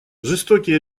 жестокие